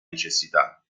necessità